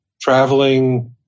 traveling